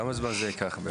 כמה זה ייקח בערך?